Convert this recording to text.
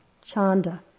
Chanda